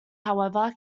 however